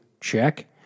check